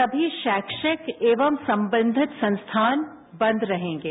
सभी शैक्षिक एवं संबंधित संस्थान बंद रहेंगे